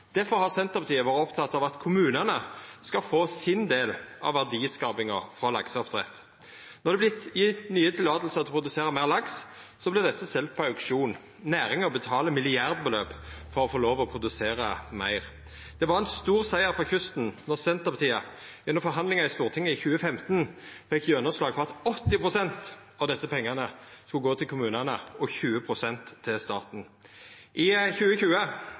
har Senterpartiet vore oppteke av at kommunane skal få sin del av verdiskapinga frå lakseoppdrett. Når det har vorte gjeve nye løyve til å produsera meir laks, vert desse selde på auksjon. Næringa betaler milliardsummar for å få lov til å produsera meir. Det var ein stor siger for kysten då Senterpartiet gjennom forhandlingar i Stortinget i 2015 fekk gjennomslag for at 80 pst. av desse pengane skulle gå til kommunane og 20 pst. til staten. I 2020